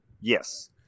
Yes